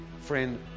Friend